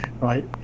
right